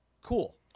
cool